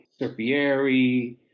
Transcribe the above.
Serpieri